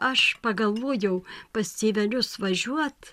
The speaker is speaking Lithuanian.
aš pagalvojau pas tėvelius važiuot